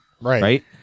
Right